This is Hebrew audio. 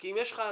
כי אם יש לך,